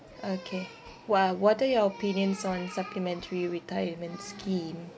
okay wha~ what are your opinions on supplementary retirement scheme